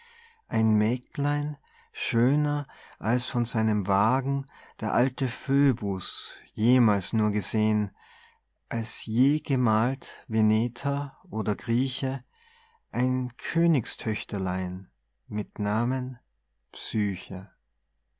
ein mägdlein schöner als von seinem wagen der alte phöbus jemals nur gesehn als je gemalt veneter die meister der renaissance giorgione tizian vor allen in darstellung schöner frauen ausgezeichnet sind gemeint oder grieche ein königstöchterlein mit namen psyche